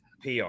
pr